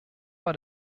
war